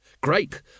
Great